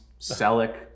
Selleck